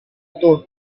itu